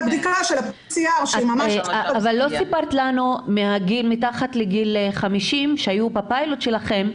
אבל לא סיפרת לנו מתחת לגיל 50 שהיו בפיילוט שלכם,